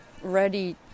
ready